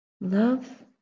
love